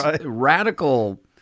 radical